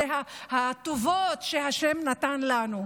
זה הטובות שהשם נתן לנו,